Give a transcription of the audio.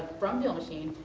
from dealmachine,